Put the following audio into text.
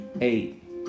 eight